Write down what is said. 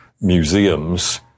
museums